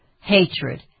hatred